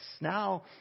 Now